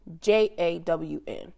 J-A-W-N